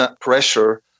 pressure